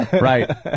right